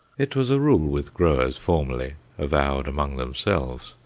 it was a rule with growers formerly, avowed among themselves,